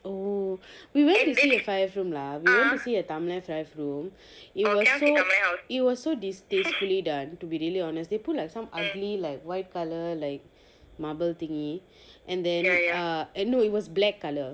oh we went to see a five room lah we went to see a tumbler five room it was so it was so distasteful done to be really honest they put like some ugly like white colour like marble thingy and then err and no it was black colour